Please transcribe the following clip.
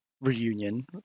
Reunion